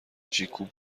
جیکوب